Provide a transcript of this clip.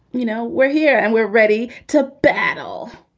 you know, we're here and we're ready to battle.